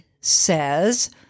says